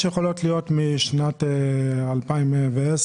מדובר על פעולות מיסיונריות ואני בכלל